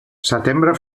setembre